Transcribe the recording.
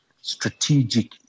strategic